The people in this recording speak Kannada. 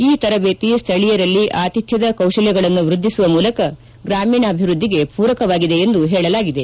ಈ ತರಬೇತಿ ಸ್ಥಳೀಯರಲ್ಲಿ ಆತಿಥ್ಠದ ಕೌಶಲ್ಯಗಳನ್ನು ವೃದ್ಧಿಸುವ ಮೂಲಕ ಗ್ರಾಮೀಣಾಭಿವೃದ್ಧಿಗೆ ಪೂರಕವಾಗಿದೆ ಎಂದು ಹೇಳಲಾಗಿದೆ